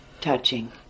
touching